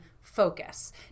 focus